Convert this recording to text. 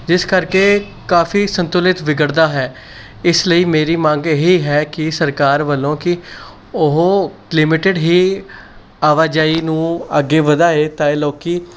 ਜਿਸ ਕਰਕੇ ਕਾਫੀ ਸੰਤੁਲਿਤ ਵਿਗੜਦਾ ਹੈ ਇਸ ਲਈ ਮੇਰੀ ਮੰਗ ਇਹ ਹੀ ਹੈ ਕਿ ਸਰਕਾਰ ਵੱਲੋਂ ਕਿ ਉਹ ਲਿਮਿਟਡ ਹੀ ਆਵਾਜਾਈ ਨੂੰ ਅੱਗੇ ਵਧਾਏ ਤਾਂ ਇਹ ਲੋਕ